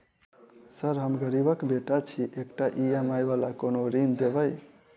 Sir हम गरीबक बेटा छी एकटा ई.एम.आई वला कोनो ऋण देबै?